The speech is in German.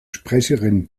sprecherin